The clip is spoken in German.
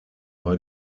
war